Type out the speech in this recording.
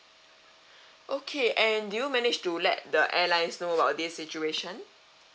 okay and did you manage to let the airlines know about this situation